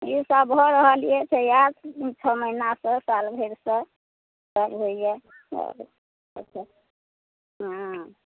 जी sir आब छओ महिना सॅं साल भरि सॅं सब होइया हूँ